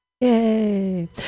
Yay